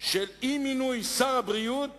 של אי-מינוי שר הבריאות